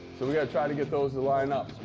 so we've got to try to get those to line up.